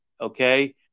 Okay